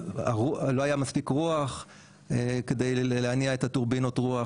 לא הייתה מספיק רוח כדי להניע את טורבינות הרוח,